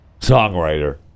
songwriter